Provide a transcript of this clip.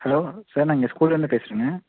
hello sir நான் இங்கே ஸ்கூல்லருந்து பேசுகிறேங்க